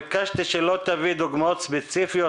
ביקשתי שלא תביא דוגמאות ספציפיות,